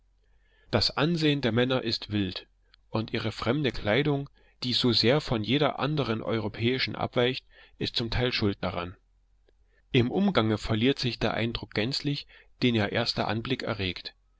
das ansehen der männer ist wild und ihre fremde kleidung die so sehr von jeder anderen europäischen abweicht ist zum teil schuld daran im umgange verliert sich der eindruck gänzlich den ihr erster anblick erregt